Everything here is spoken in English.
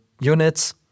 units